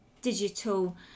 digital